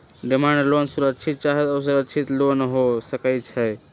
demand loan सुरक्षित चाहे असुरक्षित लोन हो सकइ छै